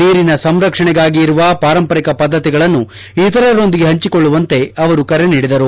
ನೀರಿನ ಸಂರಕ್ಷಣೆಗಾಗಿ ಇರುವ ಪಾರಂಪರಿಕ ಪದ್ದತಿಗಳನ್ನು ಇತರರೊಂದಿಗೆ ಹಂಚಿಕೊಳ್ಳುವಂತೆ ಅವರು ಕರೆ ನೀಡಿದರು